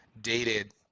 dated